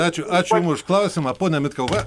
ačiū ačiū už klausimą pone mitkau va